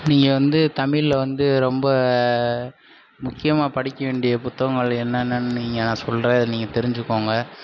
நீங்கள் வந்து தமிழில் வந்து ரொம்ப முக்கியமாக படிக்க வேண்டிய புத்தகங்கள் என்னென்னனு நீங்கள் நான் சொல்கிறேன் நீங்கள் தெரிஞ்சுக்கோங்க